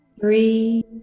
three